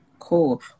cool